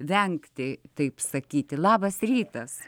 vengti taip sakyti labas rytas